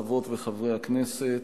חברות וחברי הכנסת,